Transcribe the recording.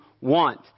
want